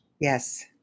Yes